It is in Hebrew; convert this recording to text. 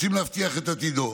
רוצים להבטיח את עתידו.